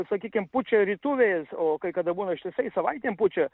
sakykim pučia rytų vėjas o kai kada būna ištisai savaitėm pučia